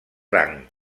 rang